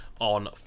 On